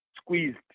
squeezed